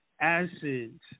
acids